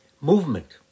movement